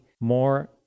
more